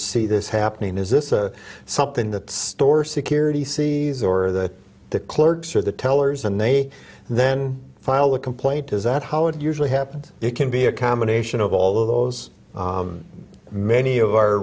see this happening is this a something that store security see these or that the clerks or the tellers and they then file a complaint is that how it usually happens it can be a combination of all of those many o